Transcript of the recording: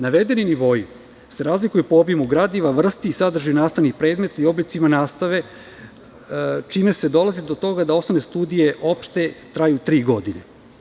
Navedeni nivoi se razlikuju po obimu gradiva, vrsti i sadržini nastavnih predmeta i oblicima nastave se čime se dolazi do toga da opšte osnovne studije traju tri godine.